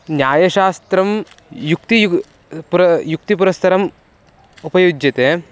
न्यायशास्त्रं युक्तियु पुर युक्तिपुरस्तरम् उपयुज्यते